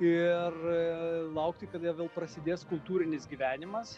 ir laukti kada vėl prasidės kultūrinis gyvenimas